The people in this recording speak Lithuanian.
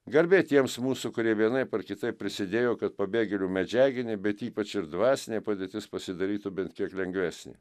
garbė tiems mūsų kurie vienaip ar kitaip prisidėjo kad pabėgėlių medžiaginiai bet ypač ir dvasinė padėtis pasidarytų bent kiek lengvesnė